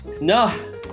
No